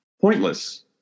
Pointless